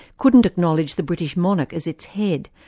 couldn't acknowledge the british monarch as its head,